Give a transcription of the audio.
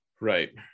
Right